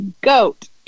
goat